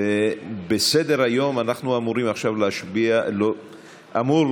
בסדר-היום אנחנו אמורים עכשיו להשביע אמור